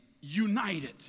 united